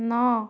ନଅ